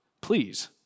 please